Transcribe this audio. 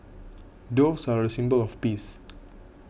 doves are a symbol of peace